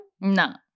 No